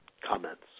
comments